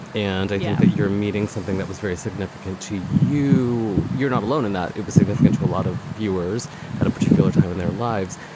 and i think yeah you're meeting something that was very significant to you. you're not alone in that. it was significant to a lot of viewers at a particular time in their lives.